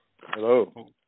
Hello